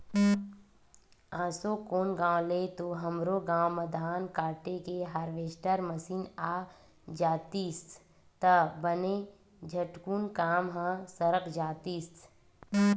एसो कोन गाँव ले तो हमरो गाँव म धान काटे के हारवेस्टर मसीन आ जातिस त बने झटकुन काम ह सरक जातिस